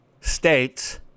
states